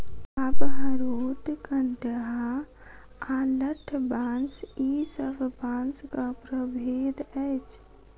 चाभ, हरोथ, कंटहा आ लठबाँस ई सब बाँसक प्रभेद अछि